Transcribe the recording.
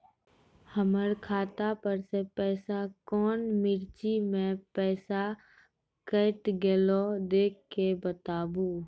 हमर खाता पर से पैसा कौन मिर्ची मे पैसा कैट गेलौ देख के बताबू?